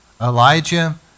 Elijah